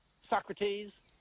Socrates